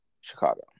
Chicago